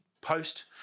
Post